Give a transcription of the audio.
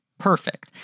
Perfect